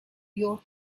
your